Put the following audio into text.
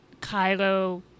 kylo